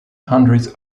hundreds